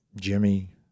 Jimmy